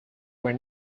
were